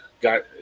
got